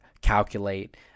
calculate